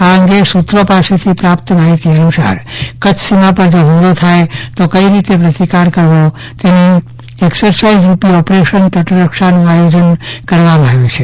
આ અંગે સુત્રો પાસેથી પ્રપત માહિતી અનુસાર કચ્છ સીમા પર જો હુમલો થાય તો કઈ રીતે પ્રતિકાર કરવો તેની એકસરસાઈઝરૂપી ઓપરેશન તટરક્ષાનું આયોજન કરવામાં આવ્યું છે